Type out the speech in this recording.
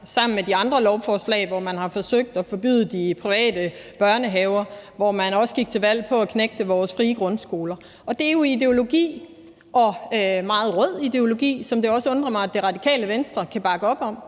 sammen med de andre lovforslag, hvor man har forsøgt at forbyde de private børnehaver. Man gik også til valg på at knægte vores frie grundskoler. Og det er jo ideologi og meget rød ideologi, som det også undrer mig at Radikale Venstre kan bakke op om,